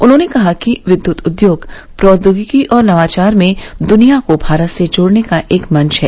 उन्होंने कहा कि विद्युत उद्योग प्रौद्योगिकी और नवाचार में दुनिया को भारत से जोड़ने का एक मंच है